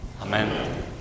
Amen